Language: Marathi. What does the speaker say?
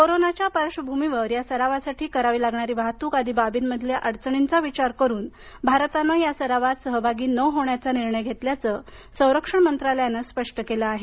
कोरोनाच्या पार्श्वभूमीवर या सरावासाठी करावी लागणारी वाहतूक आदी बाबींमधील अडचणींचा विचार करून भारतानं या सरावात सहभागी न होण्याचा निर्णय भारतानं घेतल्याचं संरक्षण मंत्रालयानं स्पष्ट केलं आहे